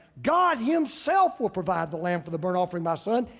god himself will provide the lamb for the burnt offering, my son.